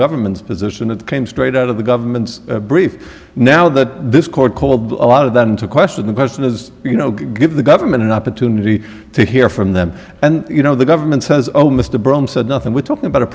government's position it came straight out of the government's brief now that this court called a lot of that into question the question is you know give the government an opportunity to hear from them and you know the government says oh mr brown said nothing we're talking about a